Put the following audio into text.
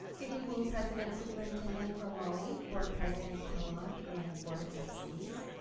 good evening, president-superintendent ramali, board president kellogg and board of trustees.